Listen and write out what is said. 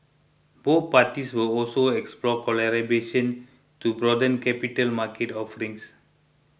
both parties will also explore collaboration to broaden capital market offerings